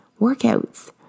workouts